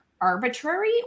arbitrary